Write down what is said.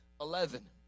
Eleven